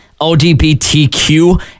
LGBTQ